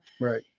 Right